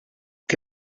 che